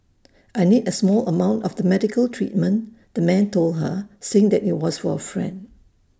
I need A small amount for the medical treatment the man told her saying that IT was for A friend